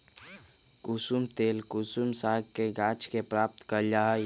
कुशुम तेल कुसुम सागके गाछ के प्राप्त कएल जाइ छइ